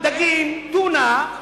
תקשיב.